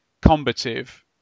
combative